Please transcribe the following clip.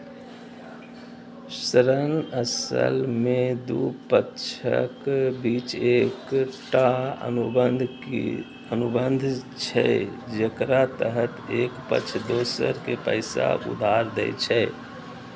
ऋण असल मे दू पक्षक बीच एकटा अनुबंध छियै, जेकरा तहत एक पक्ष दोसर कें पैसा उधार दै छै